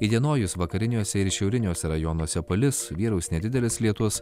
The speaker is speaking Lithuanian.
įdienojus vakariniuose ir šiauriniuose rajonuose palis vyraus nedidelis lietus